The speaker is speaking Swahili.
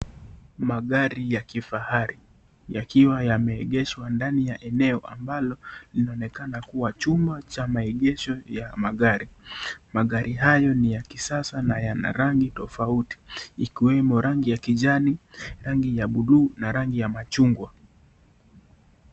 Magari ya kifahari yakiwa yameegeshwa ndani ya eneo ambalo linaonekana kuwa chumba cha maegesho ya magari. Magari hayo ni ya kisasa na yana rangi tofauti ikiwemo rangi ya kijani, rangi ya buluu na rangi ya machungwa.